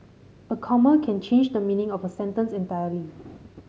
a comma can change the meaning of a sentence entirely